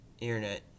internet